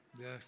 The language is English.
Yes